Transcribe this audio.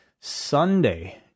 Sunday